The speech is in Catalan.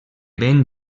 ben